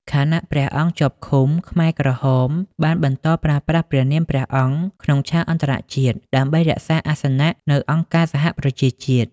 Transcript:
ខណៈព្រះអង្គជាប់ឃុំ ខ្មែរក្រហមបានបន្តប្រើប្រាស់ព្រះនាមព្រះអង្គក្នុងឆាកអន្តរជាតិដើម្បីរក្សាអាសនៈនៅអង្គការសហប្រជាជាតិ។